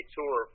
Tour